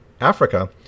Africa